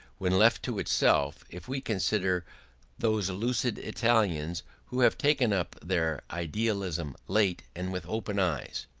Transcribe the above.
when left to itself, if we consider those lucid italians who have taken up their idealism late and with open eyes.